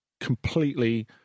completely